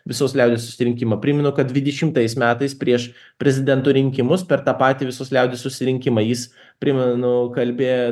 visos liaudies susirinkimą primenu kad dvidešimtais metais prieš prezidento rinkimus per tą patį visos liaudies susirinkimą jis primenu kalbėjo